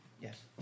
Yes